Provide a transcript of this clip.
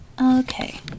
Okay